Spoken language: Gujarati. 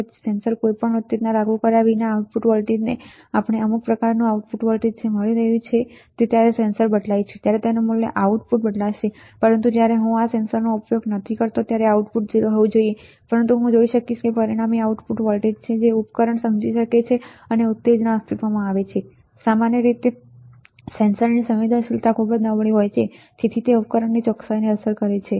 પછી સેન્સર પર કોઈપણ ઉત્તેજના લાગુ કર્યા વિના આઉટપુટ વોલ્ટેજ આપણને અમુક પ્રકારનું આઉટપુટ વોલ્ટેજ મળી રહ્યું છે જ્યારે સેન્સર બદલાય છે ત્યારે તેનું મૂલ્ય આઉટપુટ બદલાશે પરંતુ જ્યારે હું આ સેન્સરનો ઉપયોગ કરતો નથી ત્યારે આઉટપુટ 0 હોવું જોઈએ પરંતુ હું જોઈશ કે પરિણામી આઉટપુટ વોલ્ટેજ છે ઉપકરણ સમજી શકે છે કે ઉત્તેજના અસ્તિત્વમાં છે સામાન્ય રીતે સેન્સરની સંવેદનશીલતા ખૂબ નબળી હોય છે અને તેથી તે ઉપકરણની ચોકસાઈને અસર કરે છે